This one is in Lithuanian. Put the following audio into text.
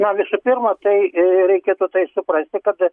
na visų pirma tai reikia apie tai suprasti kad